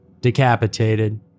decapitated